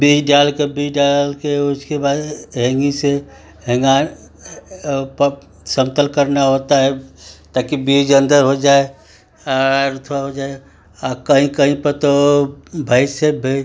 बीज डालकर बीज डाल कर उसके बाद हेंगी से हेंगा पब समतल करना होता है ताकि बीज अंदर हो जाए और थोड़ा हो जाए कहीं कहीं पे तो भैंस से भी